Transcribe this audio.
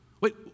Wait